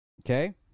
Okay